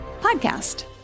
podcast